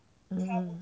mm